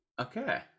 Okay